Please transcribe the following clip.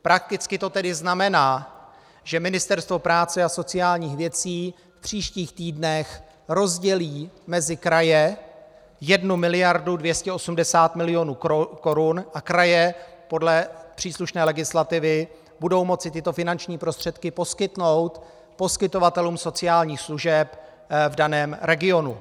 Prakticky to tedy znamená, že Ministerstvo práce a sociálních věcí v příštích týdnech rozdělí mezi kraje 1,28 mld. korun a kraje podle příslušné legislativy budou moci tyto finanční prostředky poskytnout poskytovatelům sociálních služeb v daném regionu.